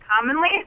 commonly